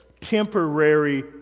temporary